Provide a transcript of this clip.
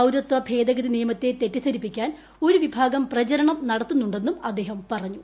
പൌരത്വ ഭേദഗതി നിയമത്തെ തെറ്റിദ്ധരിപ്പിക്കാൻ ഒരു വിഭാഗം പ്രചരണം നടത്തുന്നുണ്ടെന്നും അദ്ദേഹം പറഞ്ഞു